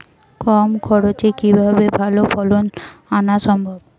কম খরচে কিভাবে ভালো ফলন আনা সম্ভব?